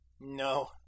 No